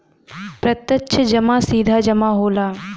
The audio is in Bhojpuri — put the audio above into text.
प्रत्यक्ष जमा सीधा जमा होला